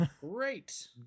Great